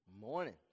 morning